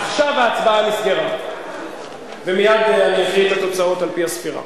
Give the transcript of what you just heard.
עכשיו ההצבעה נסגרה ומייד אני אקריא את התוצאות על-פי הספירה.